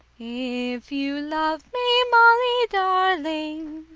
if you love me, molly darling,